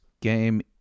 game